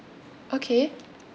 okay